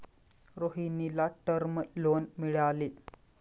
रोहिणीला term loan मिळाले